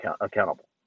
accountable